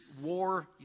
war